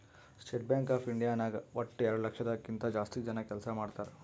state Bank of India ನಾಗ್ ವಟ್ಟ ಎರಡು ಲಕ್ಷದ್ ಕಿಂತಾ ಜಾಸ್ತಿ ಜನ ಕೆಲ್ಸಾ ಮಾಡ್ತಾರ್